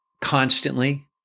constantly